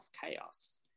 chaos